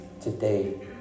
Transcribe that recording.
Today